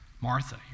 Martha